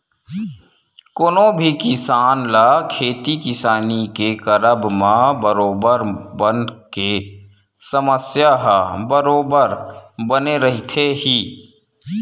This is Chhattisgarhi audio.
कोनो भी किसान ल खेती किसानी के करब म बरोबर बन के समस्या ह बरोबर बने रहिथे ही